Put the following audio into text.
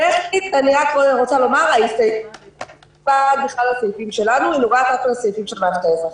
טכנית, מדובר רק בסעיפים של המערכת האזרחית.